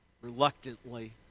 reluctantly